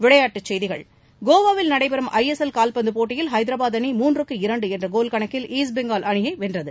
விளையாட்டுச்செய்திகள் கோவாவில் நடைபெறும் ஐஎஸ்எல் கால்பந்துப் போட்டியில் ஹைதராபாத் அணி மூன்றுக்கு இரண்டு என்ற கோல் கணக்கில் ஈஸ்ட் பெங்கால் அணியை வென்றது